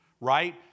right